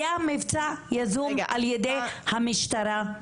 היה מבצע יזום על ידי המשטרה?